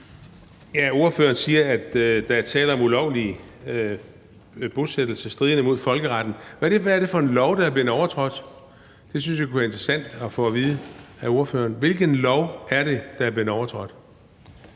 Ordføreren siger, at der er tale om ulovlige bosættelser, der strider imod folkeretten. Hvad er det for en lov, der er blevet overtrådt? Det synes jeg kunne være interessant at få at vide af ordføreren: Hvilken lov er det, der er blevet overtrådt?